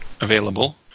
available